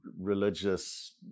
religious